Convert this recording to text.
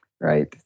Right